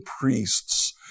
priests